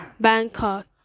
Bangkok